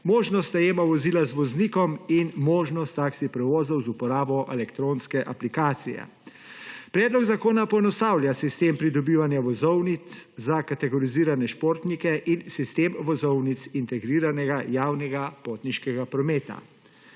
možnost najema vozila z voznikom in možnost taksi prevozov z uporabo elektronske aplikacije. Predlog zakona poenostavlja sistem pridobivanja vozovnic za kategorizirane športnike in sistem vozovnic integriranega javnega potniškega prometa.